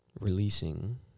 releasing